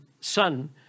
son